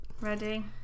Ready